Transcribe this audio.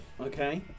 okay